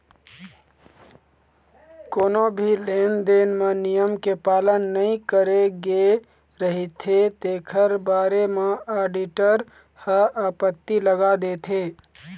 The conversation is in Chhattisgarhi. कोनो भी लेन देन म नियम के पालन नइ करे गे रहिथे तेखर बारे म आडिटर ह आपत्ति लगा देथे